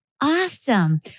awesome